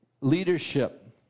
leadership